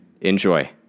Enjoy